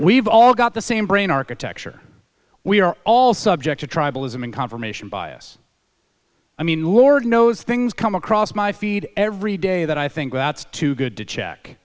we've all got the same brain architecture we are all subject to tribalism and confirmation bias i mean lord knows things come across my feed every day that i think that's too good to check